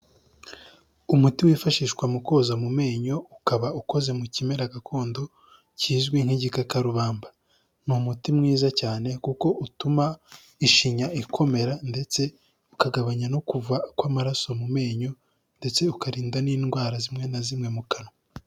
Umuti wifashishwa mu koza mu menyo, ukaba ukoze mu kimera gakondo kizwi nk'igikakarubamba. Ni umuti mwiza cyane kuko utuma ishinya ikomera ndetse ukagabanya no kuva kw'amaraso mu menyo ndetse ukarinda n'indwara zimwe na zimwe mu kanwa.